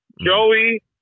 Joey